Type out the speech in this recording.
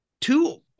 two